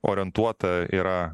orientuota yra